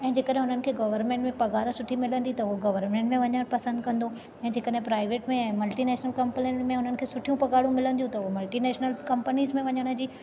ऐं जंहिंकॾहिं उन्हनि खे गवरमेंट में पघार सुठी मिलंदी त हो गवरमेंट में वञणु पसंदि कंदो ऐं जंहिंकॾहिं प्राइवेट में ऐं मल्टी नेशनल कंपनीनि में उन्हनि खे सुठियूं पघारू मिलंदियूं त हो मल्टी नेशनल कंपनीस में वञण जी